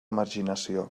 marginació